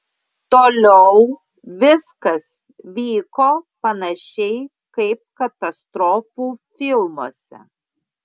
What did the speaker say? toliau viskas vyko panašiai kaip katastrofų filmuose